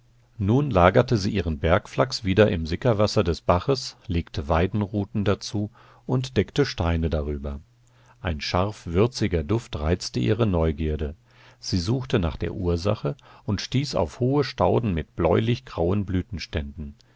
nun lagerte sie ihren bergflachs wieder im sickerwasser des baches legte weidenruten dazu und deckte steine darüber ein scharf würziger duft reizte ihre neugierde sie suchte nach der ursache und stieß auf hohe stauden mit bläulich grauen